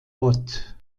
bot